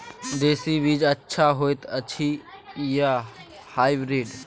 देसी बीज अच्छा होयत अछि या हाइब्रिड?